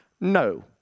no